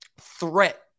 threat